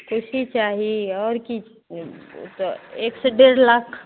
कुर्सी चाही आओर की तऽ एक से डेढ़ लाख